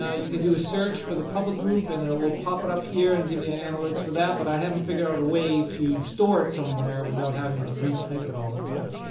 ah you can do a search for the public group and it will pop it up here and give you analytics for that, but i haven't figured out a way to store it somewhere without having to retype it all the time.